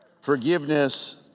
Forgiveness